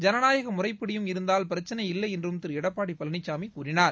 ஜனநாயக முறைப்படியும் இருந்தால் பிரச்சளை இல்லை என்றும் திரு எடப்பாடி பழனிசாமி கூறினார்